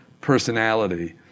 personality